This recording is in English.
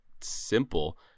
simple